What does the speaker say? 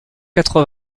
quatre